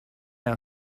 our